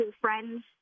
friends